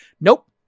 Nope